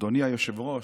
אדוני היושב-ראש,